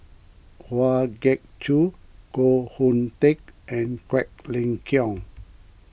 Kwa Geok Choo Koh Hoon Teck and Quek Ling Kiong